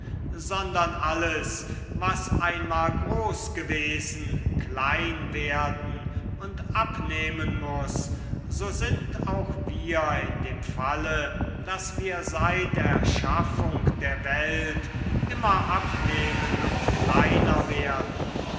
sondern alles was einmal groß gewesen klein werden und abnehmen muß so sind auch wir in dem falle daß wir seit erschaffung der welt immer abnehmen und kleiner werden